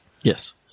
Yes